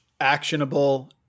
actionable